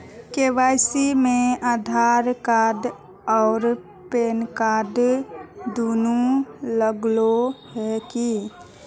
KYC में Aadhaar card आर PAN card दुनू लगे है की?